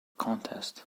contest